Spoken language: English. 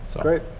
Great